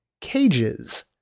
CAGES